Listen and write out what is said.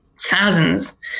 thousands